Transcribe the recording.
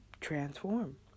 transform